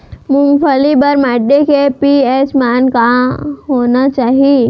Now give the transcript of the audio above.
मूंगफली बर माटी के पी.एच मान का होना चाही?